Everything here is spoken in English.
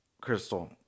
Crystal